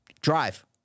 Drive